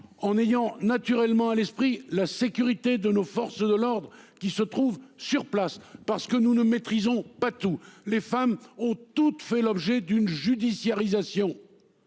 En ayant naturellement à l'esprit la sécurité de nos forces de l'ordre qui se trouve sur place parce que nous ne maîtrisons pas tout, les femmes ont toutes fait l'objet d'une judiciarisation.